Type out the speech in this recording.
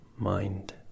mind